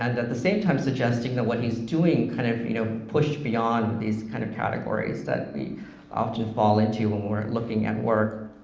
and at the same time, suggesting that what he's doing kind of you know pushed beyond these kind of categories that we often fall into when we're looking at work.